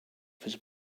his